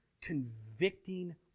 convicting